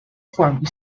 formed